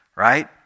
Right